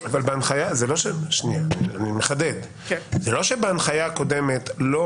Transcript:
אני מחדד: זה לא שבהנחיה הקודמת לא